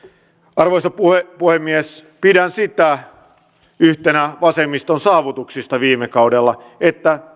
arvoisa puhemies pidän sitä yhtenä vasemmiston saavutuksista viime kaudella että